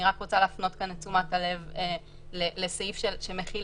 אני רוצה להפנות כאן את תשומת הלב לסעיף שמכיל